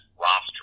roster